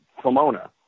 pomona